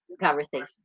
Conversation